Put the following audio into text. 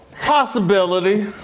Possibility